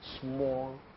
small